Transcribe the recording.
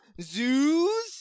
zoos